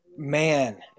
Man